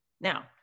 Now